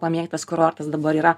pamėgtas kurortas dabar yra